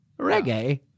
Reggae